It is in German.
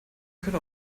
könnte